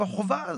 זו החובה,